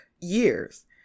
years